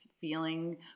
feeling